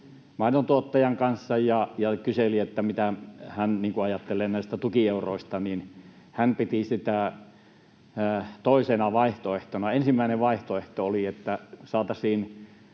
maidontuottajan kanssa, ja kun kyselin, mitä hän ajattelee näistä tukieuroista, niin hän piti sitä toisena vaihtoehtona. Ensimmäinen vaihtoehto oli, että saataisiin